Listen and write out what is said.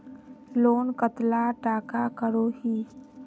Loan कतला टाका करोही?